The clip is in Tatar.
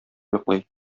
йоклый